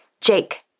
Jake